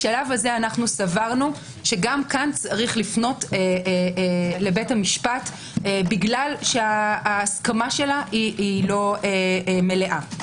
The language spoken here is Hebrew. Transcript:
בשלב זה סברנו שגם כאן יש לפנות לבית המשפט כי הסכמתה אינה מלאה.